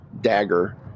dagger